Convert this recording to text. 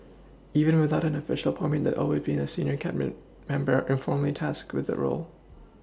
even without an official appointment always been a senior Cabinet member informally tasked with the role